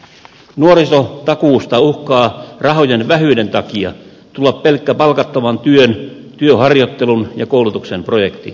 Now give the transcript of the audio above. nuorisotakuusta uhkaa rahojen vähyyden takia tulla pelkkä palkattoman työn työharjoittelun ja koulutuksen projekti